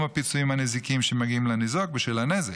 הפיצויים הנזיקיים שמגיעים לניזוק בשל הנזק.